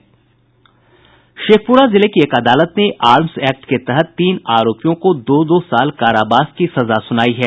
शेखपुरा जिले की एक अदालत ने आर्म्स एक्ट के तहत तीन आरोपियों को दो दो साल कारावास की सजा सुनायी है